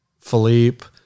Philippe